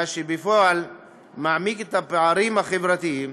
מה שבפועל מעמיק את הפערים החברתיים